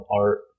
art